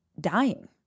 dying